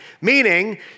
meaning